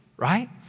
Right